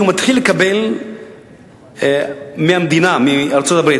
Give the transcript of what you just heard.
הוא מתחיל לקבל מהמדינה, מארצות-הברית.